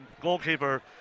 goalkeeper